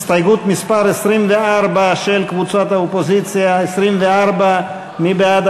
הסתייגות מס' 24 של קבוצת האופוזיציה, מי בעד?